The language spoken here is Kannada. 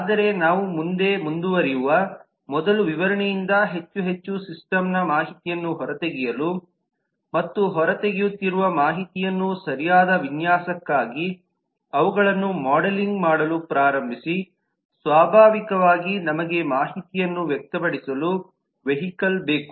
ಆದರೆ ನಾವು ಮುಂದೆ ಮುಂದುವರಿಯುವ ಮೊದಲು ವಿವರಣೆಯಿಂದ ಹೆಚ್ಚು ಹೆಚ್ಚು ಸಿಸ್ಟಮ್ನ ಮಾಹಿತಿಯನ್ನು ಹೊರತೆಗೆಯಲು ಮತ್ತು ಹೊರ ತೆಗೆಯುತ್ತಿರುವ ಮಾಹಿತಿಯನ್ನು ಸರಿಯಾದ ವಿನ್ಯಾಸಕ್ಕಾಗಿ ಅವುಗಳನ್ನು ಮಾಡೆಲಿಂಗ್ ಮಾಡಲು ಪ್ರಾರಂಭಿಸಿ ಸ್ವಾಭಾವಿಕವಾಗಿ ನಮಗೆ ಮಾಹಿತಿಯನ್ನು ವ್ಯಕ್ತಪಡಿಸಲು ವೆಹಿಕಲ್ ಬೇಕು